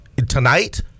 Tonight